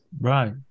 right